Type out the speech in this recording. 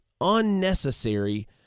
unnecessary